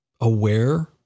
aware